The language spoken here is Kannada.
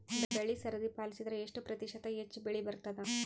ಬೆಳಿ ಸರದಿ ಪಾಲಸಿದರ ಎಷ್ಟ ಪ್ರತಿಶತ ಹೆಚ್ಚ ಬೆಳಿ ಬರತದ?